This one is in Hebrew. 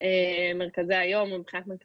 אפס סייעות שמוכנות להתחייב לשנה הבאה כי